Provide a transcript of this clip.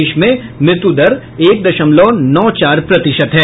देश में मृत्यू दर एक दशमलव नौ चार प्रतिशत है